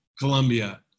Colombia